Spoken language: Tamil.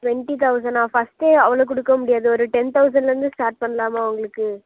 டுவெண்ட்டி தொளசனாக ஃபர்ஸ்டே அவ்ளோ கொடுக்க முடியாது ஒரு டென் தொளசனில் இருந்து ஸ்டார்ட் பண்ணலாமா உங்களுக்கு